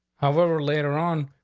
however, later on,